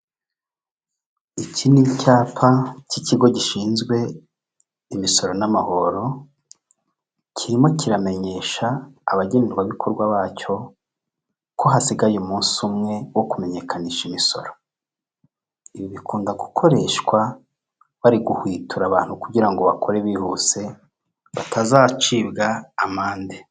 Iki ni icyapa cy'ikigo gishinzwe imisoro n'amahoro kirimo kiramenyesha abagenerwabikorwa bacyo ko hasigaye umunsi umwe wo kumenyekanisha imisoro, ibi bikunda gukoreshwa bari guhwitura abantu kugira ngo bakore bihuse batazacibwa amande.